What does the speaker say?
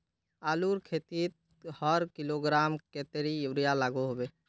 आलूर खेतीत हर किलोग्राम कतेरी यूरिया लागोहो होबे?